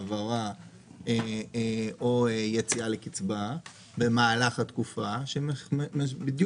העברה או יציאה לקצבה במהלך התקופה שבדיוק